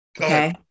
Okay